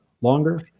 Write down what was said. longer